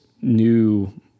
new